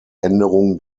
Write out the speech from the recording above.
änderung